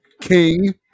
King